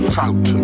Trout